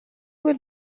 will